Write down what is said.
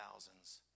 thousands